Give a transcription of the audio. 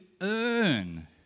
earn